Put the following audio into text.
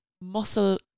muscle